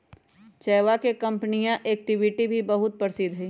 चयवा के कंपनीया एक्टिविटी भी बहुत प्रसिद्ध हई